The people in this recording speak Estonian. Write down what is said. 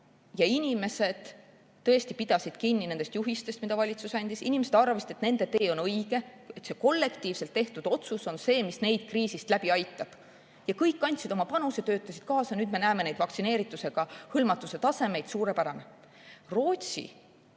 Inimesed tõesti pidasid kinni nendest juhistest, mida valitsus andis, inimesed arvasid, et nende tee on õige, et see kollektiivselt tehtud otsus on see, mis neid kriisist läbi aitab. Kõik andsid oma panuse, töötasid kaasa. Nüüd me näeme neid vaktsineeritusega hõlmatuse tasemeid – suurepärane. Rootsi